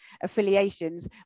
affiliations